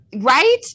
right